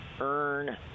earn